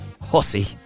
Hussy